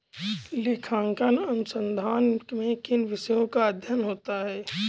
लेखांकन अनुसंधान में किन विषयों का अध्ययन होता है?